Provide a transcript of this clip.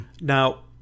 Now